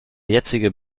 jetzige